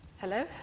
Hello